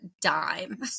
dime